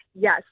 Yes